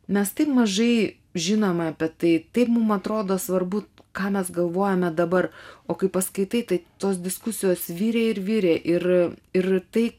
mes taip mažai žinome apie tai taip mums atrodo svarbu ką mes galvojame dabar o kai paskaitai tai tos diskusijos virė ir virė ir ir tai